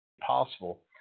possible